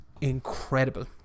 incredible